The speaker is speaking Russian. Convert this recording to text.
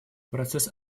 процесс